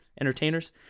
entertainers